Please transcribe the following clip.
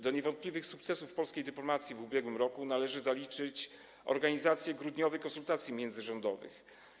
Do niewątpliwych sukcesów polskiej dyplomacji w ubiegłym roku należy zaliczyć organizację grudniowych konsultacji międzyrządowych.